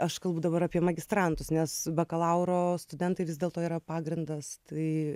aš kalbu dabar apie magistrantus nes bakalauro studentai vis dėlto yra pagrindas tai